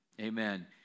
Amen